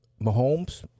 Mahomes